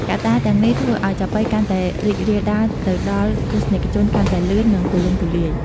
កត្តាទាំងនេះធ្វើឱ្យចាប៉ីកាន់តែរីករាលដាល ទៅដល់ទស្សនិកជនកាន់តែលឿន និងទូលំទូលាយ។